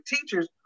teachers